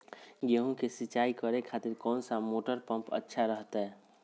गेहूं के सिंचाई करे खातिर कौन सा मोटर पंप अच्छा रहतय?